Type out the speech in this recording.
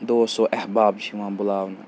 دوسو احباب چھِ یِوان بُلاونہٕ